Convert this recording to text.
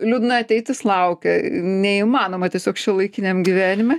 liūdna ateitis laukia neįmanoma tiesiog šiuolaikiniam gyvenime